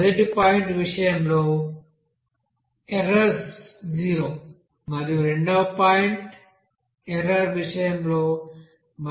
మొదటి పాయింట్ విషయంలో లోఎర్రర్ 0 మరియు రెండవ పాయింట్ ఎర్రర్ విషయంలో 0